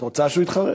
את רוצה שהוא יתחרט?